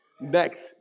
next